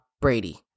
Brady